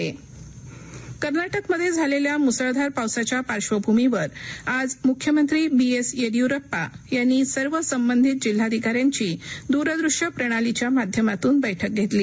पाऊस कर्नाटक कर्ना क्रिमध्ये झालेल्या मुसळधार पावसाच्या पार्श्वभूमीवर आज मुख्यमंत्री बी एस येडीयुराप्पा यांनी सर्व संबंधित जिल्हाधिकाऱ्यांची दूरदृष्य प्रणालीच्या माध्यमातून बैठक घेतली